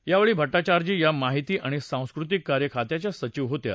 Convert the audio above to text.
त्या वेळी भट्टाचार्जी या माहिती आणि सांस्कृतिक कार्य खात्याच्या सचीव होत्या